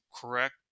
correct